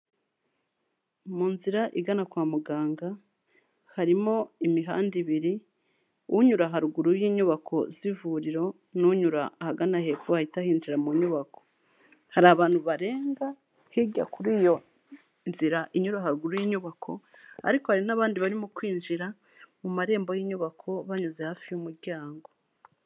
Mu nzira igana kwa muganga harimo imihanda ibiri unyura haruguru y'inyubako z'ivuriro n'unyura ahagana hepfo hahita hinjira mu nyubako, hari abantu barenga hirya kuri iyo nzira inyura haruguru y'inyubako ariko hari n'abandi barimo kwinjira mu marembo y'inyubako banyuze hafi y'umuryango.